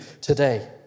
today